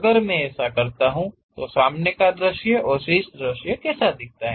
अगर मैं ऐसा करता हूं तो सामने का दृश्य और शीर्ष दृश्य कैसा दिखता है